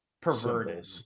Perverted